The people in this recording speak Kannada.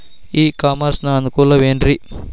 ಇ ಕಾಮರ್ಸ್ ನ ಅನುಕೂಲವೇನ್ರೇ?